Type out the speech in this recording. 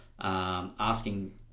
asking